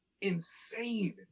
insane